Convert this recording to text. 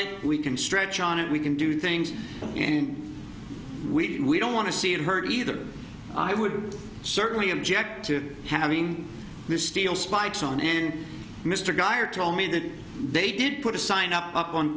it we can stretch on it we can do things and we don't want to see it hurt either i would certainly object to having this steel spikes on and mr geir told me that they did put a sign up